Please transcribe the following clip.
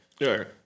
Sure